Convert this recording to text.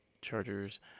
Chargers